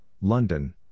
London